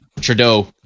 trudeau